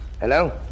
Hello